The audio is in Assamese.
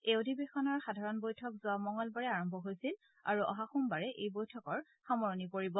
এই অধিৱেশনৰ সাধাৰণ বৈঠক যোৱা মঙলবাৰে আৰম্ভ হৈছিল আৰু অহা সোমবাৰে এই বৈঠকৰ সামৰণি পৰিব